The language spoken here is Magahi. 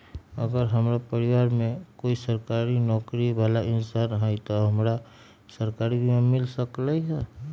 अगर हमरा परिवार में कोई सरकारी नौकरी बाला इंसान हई त हमरा सरकारी बीमा मिल सकलई ह?